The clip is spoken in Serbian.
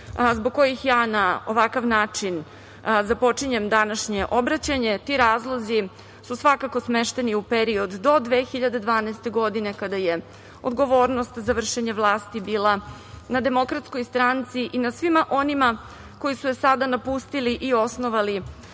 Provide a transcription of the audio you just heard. zbog kojih ja na ovakav način započinjem današnje obraćanje. Ti razlozi su svakako smešteni u period do 2012. godine, kada je odgovornost za vršenje vlasti bila na DS i na svima onima koji su je sada napustili i osnovali